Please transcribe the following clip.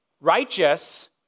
righteous